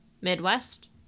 midwest